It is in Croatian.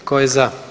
Tko je za?